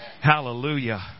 Hallelujah